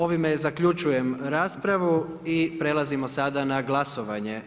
Ovime zaključujem raspravu i prelazimo sada na glasovanje.